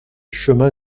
chemin